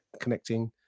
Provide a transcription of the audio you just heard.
connecting